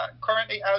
currently